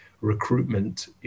recruitment